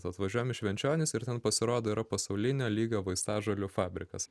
atvažiuojam į švenčionis ir ten pasirodo yra pasaulinio lygio vaistažolių fabrikas